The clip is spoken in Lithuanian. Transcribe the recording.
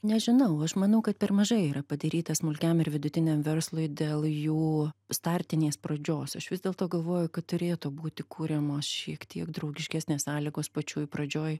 nežinau aš manau kad per mažai yra padaryta smulkiam ir vidutiniam verslui dėl jų startinės pradžios aš vis dėlto galvoju kad turėtų būti kuriamos šiek tiek draugiškesnės sąlygos pačioj pradžioj